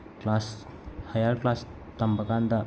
class higher class ꯇꯝꯕꯀꯥꯟꯗ